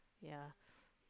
yeah